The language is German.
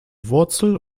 wurzel